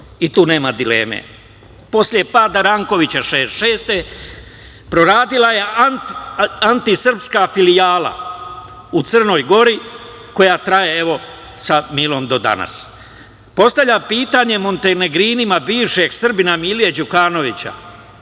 i tu nema dileme. Posle pada Rankovića 1966. godine, proradila je antisrpska filijala u Crnoj Gori, koja traje, evo, sa Milom do danas. Postavljam pitanje montenegrinima bivšeg Srbina Mile Đukanovića